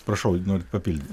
prašau norit papildyti